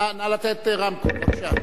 נא לתת רמקול, בבקשה.